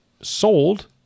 sold